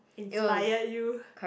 inspire you